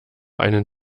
einen